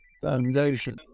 foundation